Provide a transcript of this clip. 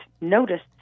noticed